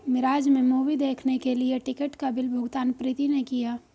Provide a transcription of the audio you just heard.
मिराज में मूवी देखने के लिए टिकट का बिल भुगतान प्रीति ने किया